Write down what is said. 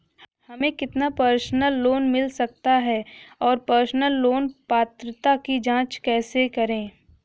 हमें कितना personal loan मिल सकता है और पर्सनल लोन पात्रता की जांच कैसे करें?